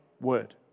word